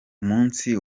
umunsi